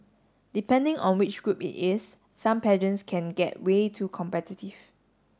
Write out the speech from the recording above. depending on which group it is some pageants can get way too competitive